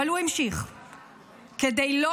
אבל הוא המשיך,